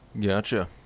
Gotcha